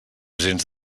agents